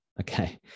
okay